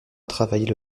travailler